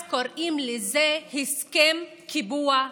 אז קוראים לזה הסכם קיבוע הכיבוש,